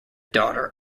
daughter